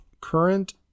current